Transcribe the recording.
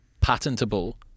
patentable